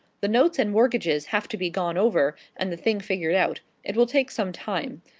the notes and mortgages have to be gone over, and the thing figured out it will take some time.